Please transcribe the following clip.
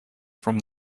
from